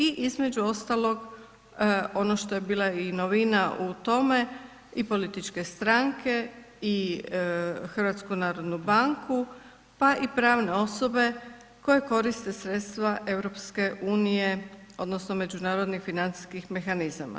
I između ostalog, ono što je bila i novina u tome i političke stranke i HNB, pa i pravne osobe koje koriste sredstva EU odnosno međunarodnih financijskih mehanizama.